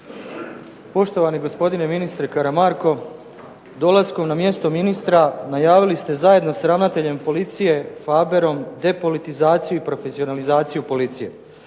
Poštovani gospodine ministre Karamarko, dolaskom na mjesto ministra najavili ste zajedno s ravnateljem policije Faberom depolitizaciju i profesionalizaciju policije.